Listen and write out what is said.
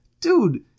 Dude